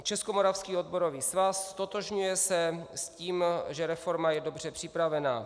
Českomoravský odborový svaz: Ztotožňuje se s tím, že reforma je dobře připravená.